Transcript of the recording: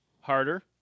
Harder